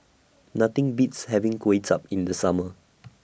Nothing Beats having Kway Chap in The Summer